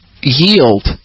yield